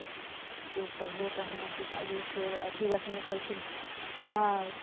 ओ पहले तऽ हमर पिताजीसँ अथि रखने छलखिन हैं नाव